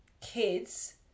kids